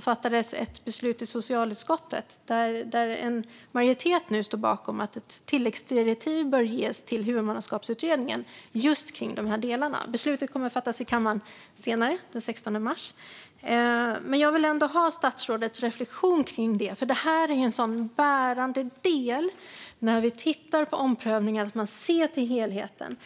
fattades ett beslut i socialutskottet där en majoritet nu står bakom att ett tilläggsdirektiv bör ges till Huvudmannaskapsutredningen just om dessa delar. Beslutet kommer att fattas i kammaren senare, den 16 mars. Jag vill ändå ha statsrådets reflektion om det. Det är en sådan bärande del när vi tittar på omprövningar att man ser till helheten.